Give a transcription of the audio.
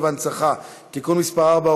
והנצחה) (תיקון מס' 4,